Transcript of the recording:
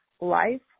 life